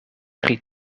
pri